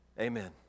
Amen